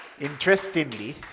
Interestingly